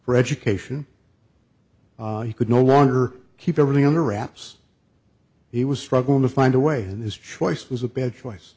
for education he could no longer keep everything under wraps he was struggling to find a way his choice was a bad choice